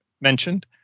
mentioned